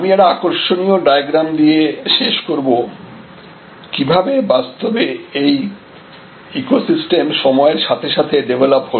আমি একটি আকর্ষণীয় ডায়াগ্রাম দিয়ে শেষ করবো কিভাবে বাস্তবে এই ইকোসিস্টেম সময়ের সাথে সাথে ডেভেলপ হল